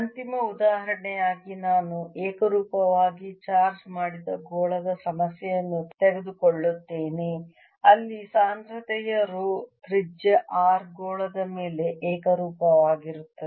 ಅಂತಿಮ ಉದಾಹರಣೆಯಾಗಿ ನಾನು ಏಕರೂಪವಾಗಿ ಚಾರ್ಜ್ ಮಾಡಿದ ಗೋಳದ ಸಮಸ್ಯೆಯನ್ನು ತೆಗೆದುಕೊಳ್ಳುತ್ತೇನೆ ಅಲ್ಲಿ ಸಾಂದ್ರತೆಯ ರೋ ತ್ರಿಜ್ಯ R ಗೋಳದ ಮೇಲೆ ಏಕರೂಪವಾಗಿರುತ್ತದೆ